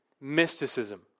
mysticism